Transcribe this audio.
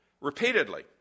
repeatedly